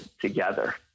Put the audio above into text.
together